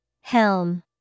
Helm